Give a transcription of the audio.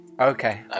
okay